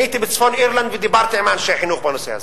אני הייתי בצפון-אירלנד ודיברתי עם אנשי חינוך בנושא הזה.